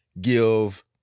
give